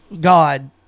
God